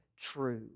true